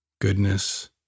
goodness